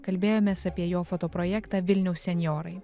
kalbėjomės apie jo fotoprojektą vilniaus senjorai